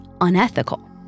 unethical